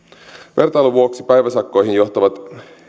vertailun vuoksi päiväsakkoihin johtavat